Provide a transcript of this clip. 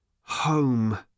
Home